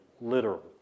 literal